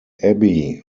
abbey